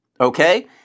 okay